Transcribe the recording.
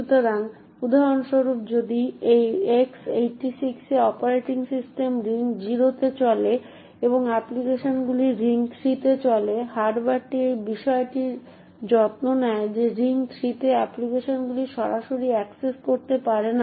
সুতরাং উদাহরণস্বরূপ x86 এ অপারেটিং সিস্টেম রিং জিরোতে চলে এবং অ্যাপ্লিকেশনগুলি রিং থ্রিতে চলে হার্ডওয়্যারটি এই বিষয়টির যত্ন নেয় যে রিং থ্রিতে অ্যাপ্লিকেশনগুলি সরাসরি অ্যাক্সেস করতে পারে না